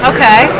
Okay